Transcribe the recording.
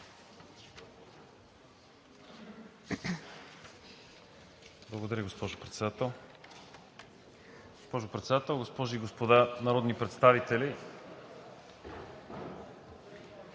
Благодаря Ви, госпожо Председател. Госпожо Председател, госпожи и господа народни представители!